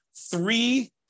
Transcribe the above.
three